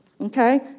Okay